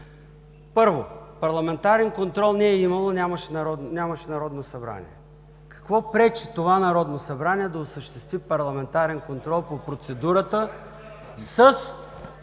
Първо, парламентарен контрол не е имало. Нямаше Народно събрание. Какво пречи това Народно събрание да осъществи парламентарен контрол по процедурата с